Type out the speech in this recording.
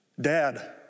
Dad